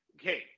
okay